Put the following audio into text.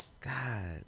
God